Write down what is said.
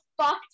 fucked